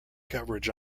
coverage